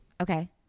okay